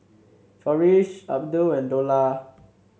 Farish Abdul and Dollah